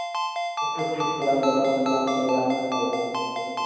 एक सौ तीस ग्राम जमा करना पड़ेगा आपको